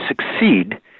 succeed